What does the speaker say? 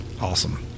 Awesome